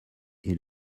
est